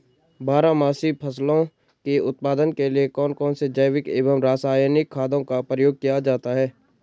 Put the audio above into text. बारहमासी फसलों के उत्पादन के लिए कौन कौन से जैविक एवं रासायनिक खादों का प्रयोग किया जाता है?